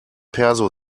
perso